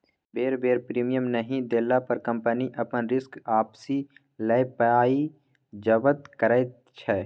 बेर बेर प्रीमियम नहि देला पर कंपनी अपन रिस्क आपिस लए पाइ जब्त करैत छै